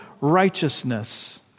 righteousness